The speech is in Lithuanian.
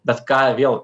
bet ką vėl